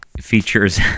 features